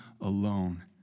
alone